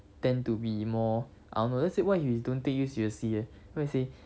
tend to be more um let's say what if he don't take you seriously leh let's say